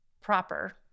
proper